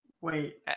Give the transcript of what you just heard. Wait